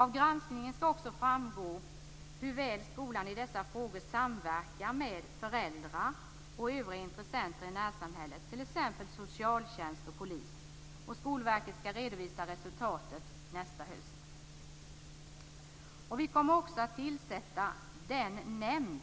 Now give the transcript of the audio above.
Av granskningen skall också framgå hur väl skolan i dessa frågor samverkar med föräldrar och övriga intressenter i närsamhället, t.ex. socialtjänst och polis. Skolverket skall redovisa resultatet nästa höst. För det femte: Vi kommer också att tillsätta den nämnd